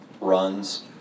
runs